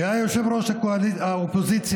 שהיה יושב-ראש האופוזיציה,